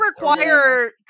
require